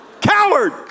Coward